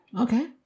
Okay